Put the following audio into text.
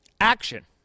action